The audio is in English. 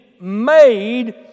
made